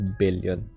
billion